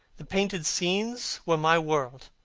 the painted scenes were my world.